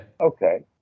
okay